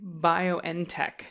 BioNTech